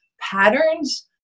patterns